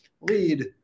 lead